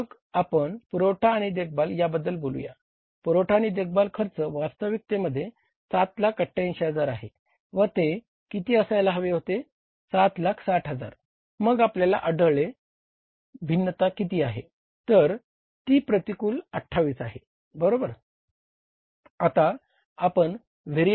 मग आपण पुरवठा आणि देखभाल याबद्दल बोलूया पुरवठा आणि देखभाल खर्च वास्तविकतेमध्ये 788000 आहे व ते किती असायला हवे होते 760000 मग आपल्याला आढळलेली भिन्नता किती आहे तर ती प्रतिकूल 28 आहे बरोबर